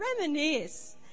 Reminisce